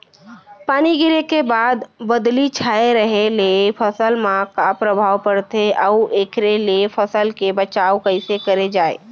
पानी गिरे के बाद बदली छाये रहे ले फसल मा का प्रभाव पड़थे अऊ एखर ले फसल के बचाव कइसे करे जाये?